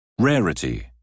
rarity